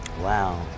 Wow